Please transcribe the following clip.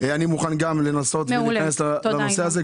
ואני מוכן גם לנסות ולהיכנס לנושא הזה כבר היום,